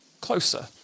closer